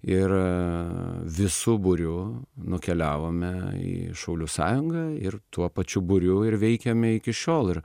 ir visu būriu nukeliavome į šaulių sąjungą ir tuo pačiu būriu ir veikiame iki šiol ir